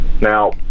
now